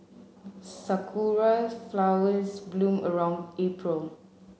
sakura flowers bloom around April